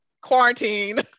quarantine